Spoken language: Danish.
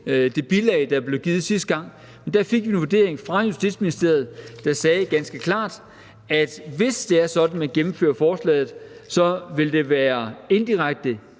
det bilag, der blev givet sidste gang. Der fik vi en vurdering fra Justitsministeriet, der ganske klart sagde, at hvis det er sådan, at man gennemfører forslaget, vil det være indirekte